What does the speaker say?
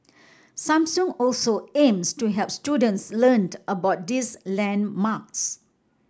Samsung also aims to help students learned about these landmarks